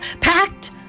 packed